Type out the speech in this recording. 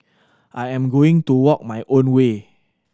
I am going to walk my own way